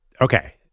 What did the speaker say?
okay